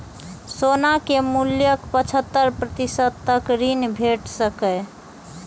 सोना के मूल्यक पचहत्तर प्रतिशत तक ऋण भेट सकैए